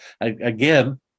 again